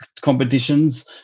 competitions